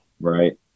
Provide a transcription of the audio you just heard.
Right